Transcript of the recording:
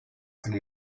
and